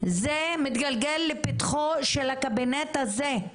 זה מתגלגל לפתחו של הקבינט הזה.